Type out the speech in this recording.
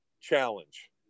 challenge